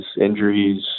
injuries